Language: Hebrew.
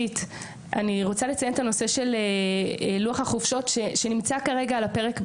אני רוצה לציין את נושא לוח החופשות שנמצא כרגע על הפרק בדיון.